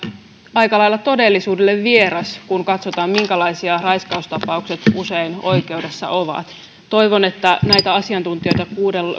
aika lailla todellisuudelle vieras kun katsotaan minkälaisia raiskaustapaukset usein oikeudessa ovat toivon että näitä asiantuntijoita